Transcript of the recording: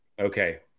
okay